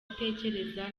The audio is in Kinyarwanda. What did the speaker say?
atekereza